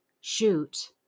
shoot